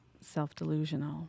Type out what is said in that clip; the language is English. self-delusional